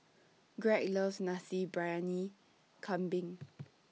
Greg loves Nasi Briyani Kambing